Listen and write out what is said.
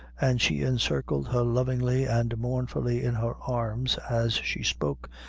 and she encircled her lovingly and mournfully in her arms as she spoke,